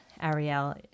Ariel